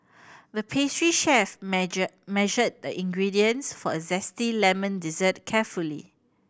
the pastry chef measured the ingredients for a zesty lemon dessert carefully